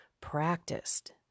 practiced